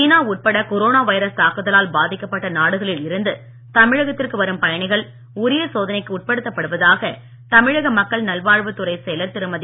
சீனா உட்பட corona virus தாக்குதலால் பாதிக்கப்பட்ட நாடுகளில் இருந்து தமிழகத்திற்கு வரும் பயணிகள் உரிய சோதனைக்கு உட்படுத்தப்படுவதாக தமிழக மக்கள் நல்வாழ்வுத் துறைச் செயலர் திருமதி